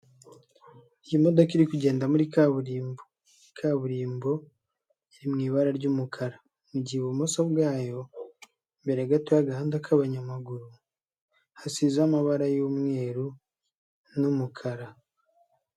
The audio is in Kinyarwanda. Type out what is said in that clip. Iyi modoka iri kugenda muri kaburimbo, kaburimbo iri mu ibara ry'umukara, mu gihe ibumoso bwayo mbere gato y'agahanda k'abanyamaguru hasize amabara y'umweru n'umukara.